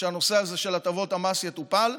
שהנושא הזה של הטבות המס יטופל,